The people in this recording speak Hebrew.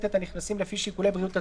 את הנכנסים לפי שיקולי בריאות הציבור,